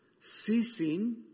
ceasing